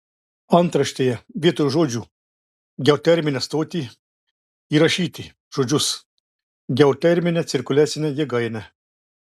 antraštėje vietoj žodžių geoterminę stotį įrašyti žodžius geoterminę cirkuliacinę jėgainę